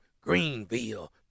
Greenville